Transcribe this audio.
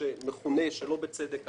שמכונה שלא בצדק כך.